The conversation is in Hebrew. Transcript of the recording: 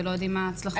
ולא יודעים מה ההצלחות.